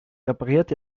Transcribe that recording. repariert